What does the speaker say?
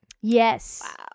Yes